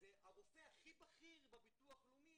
והרופא הכי בכיר בביטוח לאומי,